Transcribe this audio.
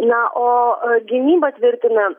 na o gynyba tvirtina